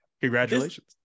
Congratulations